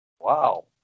Wow